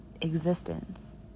existence